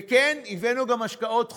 וכן, הבאנו גם השקעות חוץ,